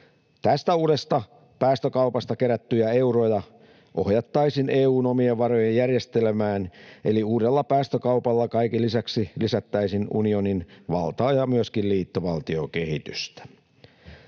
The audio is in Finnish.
Tästä uudesta päästökaupasta kerättyjä euroja ohjattaisiin EU:n omien varojen järjestelmään eli uudella päästökaupalla kaiken lisäksi lisättäisiin unionin valtaa ja myöskin liittovaltiokehitystä.